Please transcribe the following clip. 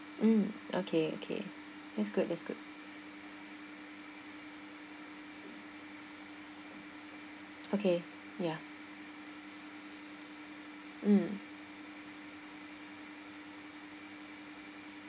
mm okay okay that's good that's good okay ya mm